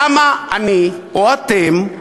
למה אני, או אתם,